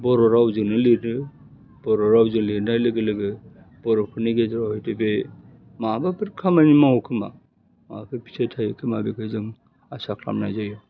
बर' रावजोंनो लिरो बर' रावजों लिरनाय लोगो लोगो बर'फोरनि गेजेराव हयथ' बे माबाफोर खामानि मावोखोमा माबाफोर फिथाइ थायोखोमा बेखो जों आसाम खालामनाय जायो